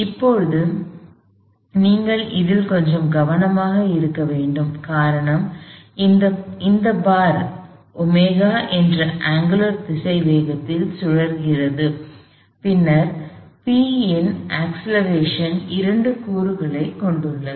இப்போது நீங்கள் இதில் கொஞ்சம் கவனமாக இருக்க வேண்டும் காரணம் இந்தப் பார் ω என்ற அங்குலர் திசைவேகத்தில் சுழல்கிறது பின்னர் P இன் அக்ஸ்லெரேஷன் இரண்டு கூறுகளைக் கொண்டுள்ளது